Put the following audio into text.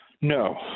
No